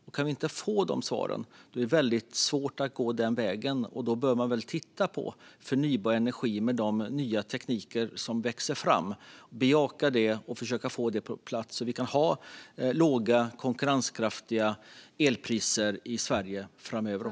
Om vi inte kan få svar blir det svårt att gå den vägen, och då bör man titta på förnybar energi med de nya tekniker som växer fram och bejaka dessa och försöka få dem på plats så att vi kan ha låga, konkurrenskraftiga elpriser i Sverige också framöver.